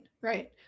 Right